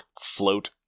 float